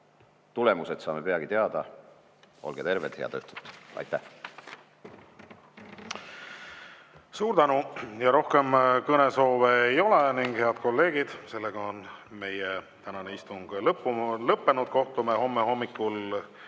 Tulemused saame peagi teada. Olge terved, head õhtut! Aitäh!